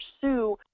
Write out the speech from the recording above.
pursue